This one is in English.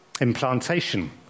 Implantation